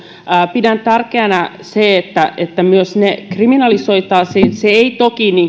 pidän tärkeänä että että myös ne kriminalisoitaisiin se ei toki